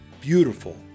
beautiful